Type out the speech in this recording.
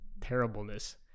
terribleness